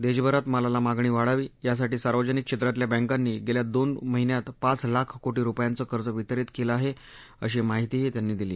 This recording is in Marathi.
देशभरात मालाला मागणी वाढावी यासाठी सार्वजनिक क्षेत्रातल्या बँकांनी गेल्या दोन महिन्यात पाच लाख कोटी रुपयांचं कर्ज वितरित केलं आहे अशी माहिती त्यांनी दिली